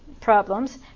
problems